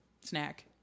snack